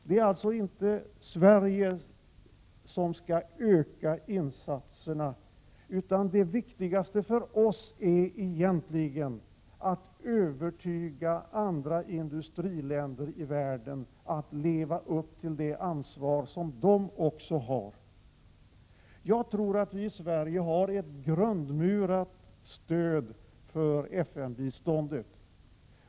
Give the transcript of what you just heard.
Det är alltså inte Sverige som skall öka insatserna. Det viktigaste för oss är egentligen att övertyga andra industriländer i världen om att de skall leva upp till det ansvar som även de har. Jag tror att vi i Sverige har ett grundmurat stöd för FN-biståndet.